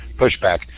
pushback